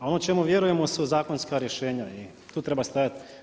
A ono čemu vjerujemo su zakonska rješenja i tu treba stajati.